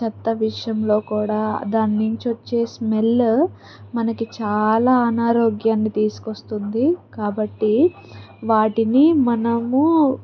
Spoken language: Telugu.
చెత్త విషయంలో కూడా దాని నుంచి వచ్చే స్మెల్లు మనకి చాలా అనారోగ్యాన్ని తీసుకొస్తుంది కాబట్టి వాటిని మనము